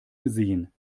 gesehen